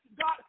God